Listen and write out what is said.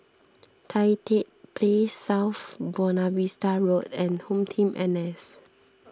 Tan Tye Place South Buona Vista Road and HomeTeam N S